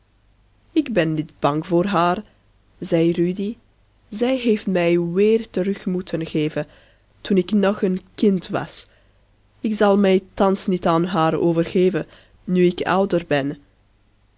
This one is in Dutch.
ik ben niet bang voor haar zei rudy zij heeft mij weer terug moeten geven toen ik nog een kind was ik zal mij thans niet aan haar overgeven nu ik ouder ben